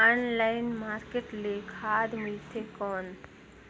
Online market ले खाद मिलथे कौन?